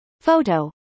Photo